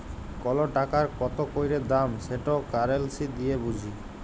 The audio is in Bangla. কল টাকার কত ক্যইরে দাম সেট কারেলসি দিঁয়ে বুঝি